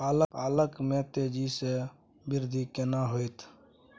पालक में तेजी स वृद्धि केना होयत?